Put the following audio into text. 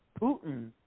Putin